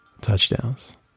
touchdowns